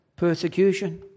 persecution